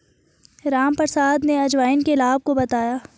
रामप्रसाद ने अजवाइन के लाभ को बताया